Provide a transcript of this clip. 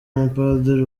mupadiri